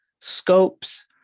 scopes